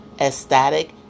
ecstatic